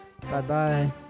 Bye-bye